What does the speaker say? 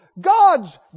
God's